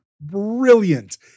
brilliant